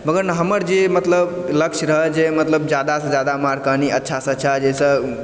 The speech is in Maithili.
मगर ने हमर जे मतलब लक्ष्य रहय जे मतलब जादा से जादा मार्क आनी अच्छा सॅं अच्छा जाहिसॅं